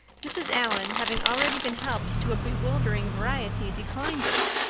mrs. allan, having already been helped to a bewildering variety, declined it.